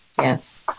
yes